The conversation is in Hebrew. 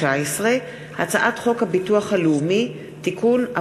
הצעת חוק חינוך ממלכתי (תיקון,